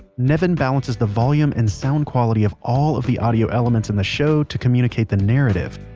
nevin balances the volume and sound quality of all of the audio elements in the show to communicate the narrative.